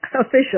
Official